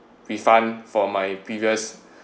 refund for my previous